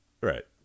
Right